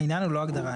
העניין הוא לא הגדרה.